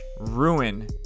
ruin